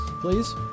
please